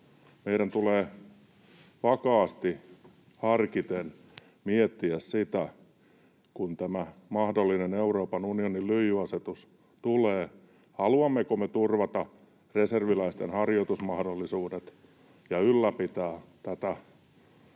meidän tulee vakaasti harkiten miettiä sitä, että kun tämä mahdollinen Euroopan unionin lyijyasetus tulee, niin haluammeko me turvata reserviläisten harjoitusmahdollisuudet ja ylläpitää [Puhemies: